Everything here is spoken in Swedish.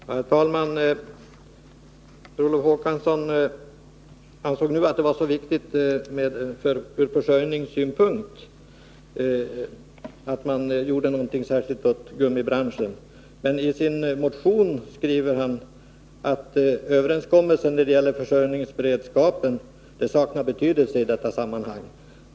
Herr talman! Per Olof Håkansson ansåg nu att det ur försörjningssynpunkt var så viktigt att man gjorde någonting särskilt åt gummibranschen. Men i motionen skriver socialdemokraterna att ”överenskommelser när det gäller försörjningsberedskapen ——— saknar betydelse i detta sammanhang”.